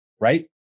right